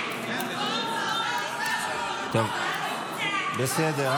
טוב, בסדר.